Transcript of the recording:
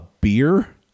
beer